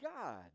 God